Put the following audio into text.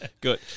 good